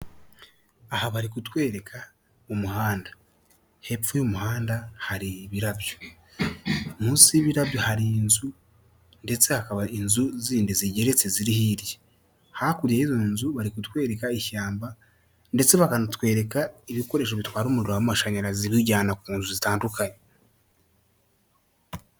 Aha bari kutwereka umuhanda, hepfo y'umuhanda hari ibirabyo, munsi y'ibirabyo hari inzu ndetse hakaba inzu zindi zigeretse ziri hirya, hakurya y'izo nzu bari kutwereka ishyamba ndetse bakanatwereka ibikoresho bitwara umuriro w'amashanyarazi biwujyana ku nzu zitandukanye.